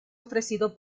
ofrecido